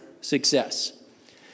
success